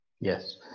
Yes